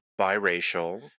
biracial